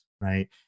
right